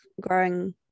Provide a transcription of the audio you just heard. growing